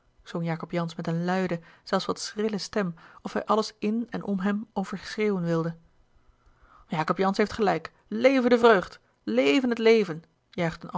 jacob jansz met eene luide zelfs wat schrille stem of hij alles in en om hem overschreeuwen wilde jacob jansz heeft gelijk leve de vreugd leve het leven